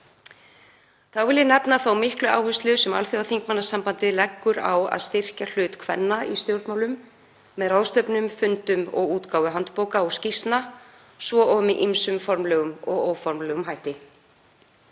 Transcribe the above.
Þá vil ég nefna þá miklu áherslu sem Alþjóðaþingmannasambandið leggur á að styrkja hlut kvenna í stjórnmálum með ráðstefnum, fundum og útgáfu handbóka og skýrslna svo og með ýmsum formlegum og óformlegum hætti.